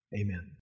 Amen